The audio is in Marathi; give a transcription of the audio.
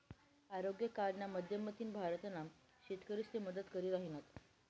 आरोग्य कार्डना माध्यमथीन भारतना शेतकरीसले मदत करी राहिनात